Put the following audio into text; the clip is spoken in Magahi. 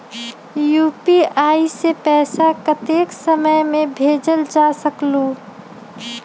यू.पी.आई से पैसा कतेक समय मे भेजल जा स्कूल?